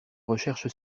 recherche